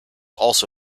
also